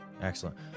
Excellent